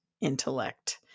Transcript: intellect